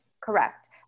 Correct